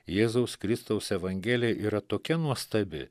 jėzaus kristaus evangelija yra tokia nuostabi